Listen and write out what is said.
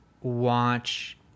watch